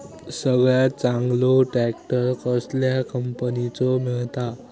सगळ्यात चांगलो ट्रॅक्टर कसल्या कंपनीचो मिळता?